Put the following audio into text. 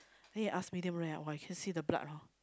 then he ask medium rare ah !wah! you can see the blood hor